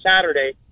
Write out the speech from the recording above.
Saturday